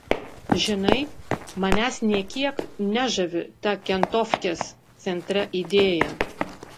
žinai manęs nė kiek nežavi ta kentofkės centre idėja